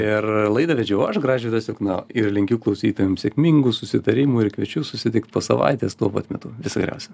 ir laidą vedžiau aš gražvydas jukna ir linkiu klausytojam sėkmingų susitarimų ir kviečiu susitikt po savaitės tuo pat metu viso geriausio